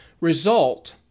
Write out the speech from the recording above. result